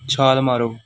ਛਾਲ ਮਾਰੋ